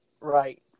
Right